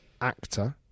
actor